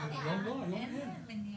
אני בהלם, אני לא עייף.